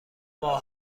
ماه